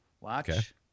Watch